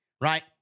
right